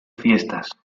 fiestas